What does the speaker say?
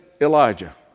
Elijah